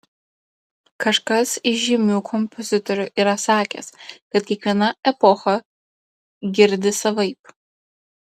kažkas iš žymių kompozitorių yra sakęs kad kiekviena epocha girdi savaip